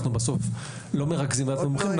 אנחנו בסוף לא מרכזים ועדת מומחים.